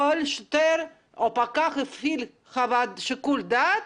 שהשוטר או הפקח יפעילו קודם כול שיקול דעת.